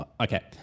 Okay